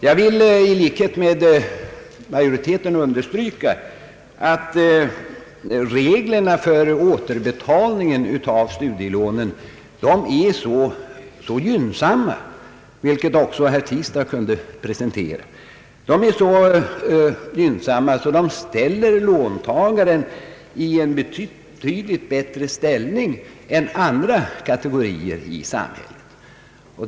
Jag vill i likhet med majoriteten understryka, att reglerna för återbetalning av studielån är så gynnsamma — vilket också herr Tistad vitsordade — att de ställer låntagaren i en betydligt bättre ställning än andra kategorier.